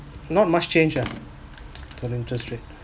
not much change ah the interest rate